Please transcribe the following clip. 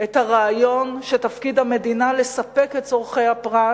את הרעיון שתפקיד המדינה לספק את צורכי הפרט,